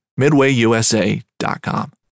MidwayUSA.com